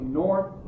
north